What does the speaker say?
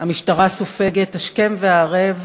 המשטרה סופגת השכם והערב,